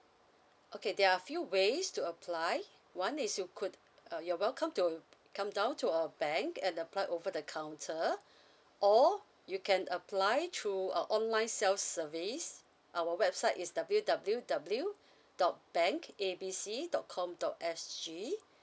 okay there're a few ways to apply one is you could uh you're welcomed to come down to our bank and apply over the counter or you can apply through our online sell service our website is W W W dot bank A B C dot com dot S_G